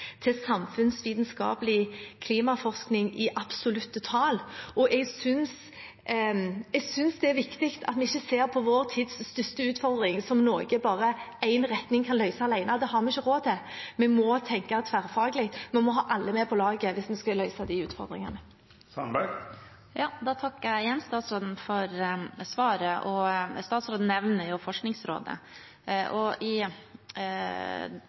til samfunnsvitenskapelig klimaforskning i absolutte tall. Jeg synes det er viktig at vi ikke ser på vår tids største utfordring som noe bare én sektor kan løse alene. Det har vi ikke råd til – vi må tenke tverrfaglig. Vi må ha alle med på laget hvis vi skal løse de utfordringene. Da takker jeg igjen statsråden for svaret. Statsråden nevner jo Forskningsrådet, og i